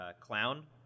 clown